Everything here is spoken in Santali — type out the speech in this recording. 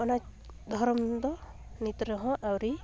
ᱚᱱᱟ ᱫᱷᱚᱨᱚᱢ ᱫᱚ ᱱᱤᱛ ᱨᱮᱦᱚᱸ ᱟᱹᱣᱨᱤ